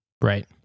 Right